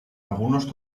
algunos